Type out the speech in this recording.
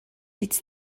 биз